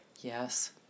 Yes